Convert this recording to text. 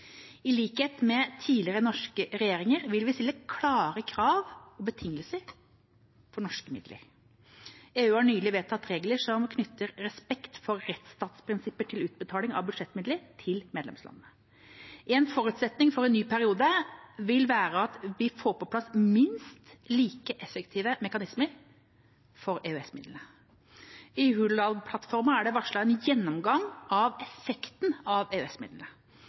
I likhet med tidligere norske regjeringer vil vi stille klare krav og betingelser for norske midler. EU har nylig vedtatt regler som knytter respekt for rettsstatsprinsippene til utbetaling av budsjettmidler til medlemslandene. En forutsetning for en ny periode vil være at vi får på plass minst like effektive mekanismer for EØS-midlene. I Hurdalsplattformen er det varslet en gjennomgang av effekten av